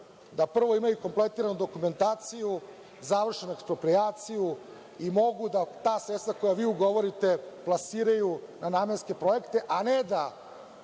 da prvo imaju kompletiranu dokumentaciju, završenu eksproprijaciju i mogu da ta sredstva koja vi ugovorite plasiraju na namenske projekte, a ne da